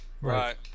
Right